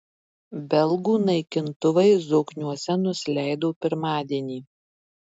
belgų naikintuvai zokniuose nusileido pirmadienį